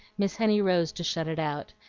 miss henny rose to shut it out,